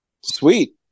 Sweet